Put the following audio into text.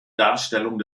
darstellung